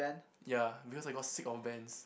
ya because I got sick of bands